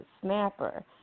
Snapper